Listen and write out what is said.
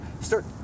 start